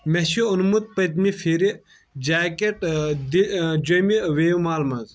مےٚ چھُ اوٚنمُت پٔتمہٕ پھِرِ جاکیٚٹ جعمہ ویو مال منٛز